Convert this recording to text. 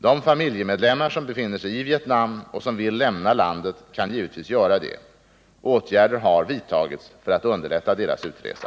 De familjemedlemmar som befinner sig i Vietnam och som vill lämna landet kan givetvis göra det. Åtgärder har vidtagits för att underlätta deras utresa.